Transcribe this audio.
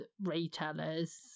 retailers